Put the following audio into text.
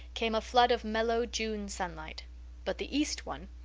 came a flood of mellow june sunlight but the east one,